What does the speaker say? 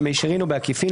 במישריןין או בעקיפין,